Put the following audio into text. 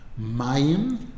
Mayim